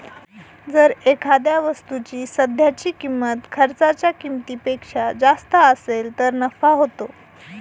जर एखाद्या वस्तूची सध्याची किंमत खर्चाच्या किमतीपेक्षा जास्त असेल तर नफा होतो